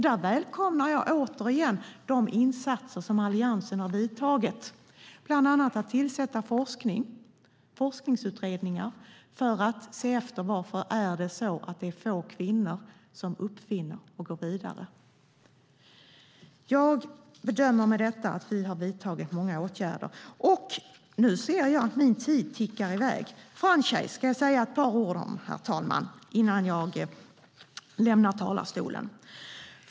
Där välkomnar jag återigen de insatser som Alliansen har vidtagit, bland annat att tillsätta forskningsutredningar för att se efter varför det är så att få kvinnor uppfinner och går vidare. Jag bedömer att vi har vidtagit många åtgärder. Nu ser jag att min talartid tickar i väg. Franchise ska jag säga ett par ord om, herr talman, innan jag lämnar talarstolen.